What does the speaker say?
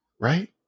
Right